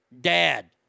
Dad